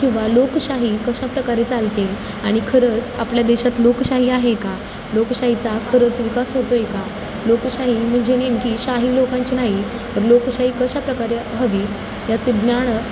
किंवा लोकशाही कशाप्रकारे चालते आणि खरंच आपल्या देशात लोकशाही आहे का लोकशाहीचा खरंच विकास होतो आहे का लोकशाही म्हणजे नेमकी शाही लोकांची नाही तर लोकशाही कशाप्रकारे हवी याचे ज्ञान